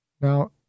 Now